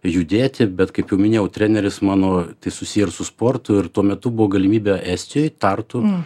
judėti bet kaip jau minėjau treneris mano tai susiję ir su sportu ir tuo metu buvo galimybė estijoj tartu